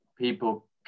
People